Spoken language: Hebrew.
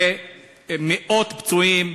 והיו מאות פצועים,